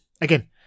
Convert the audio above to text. Again